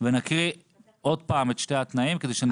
ונקריא עוד פעם את שני התנאים כדי שאנשים יידעו בדיוק.